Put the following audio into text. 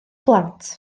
blant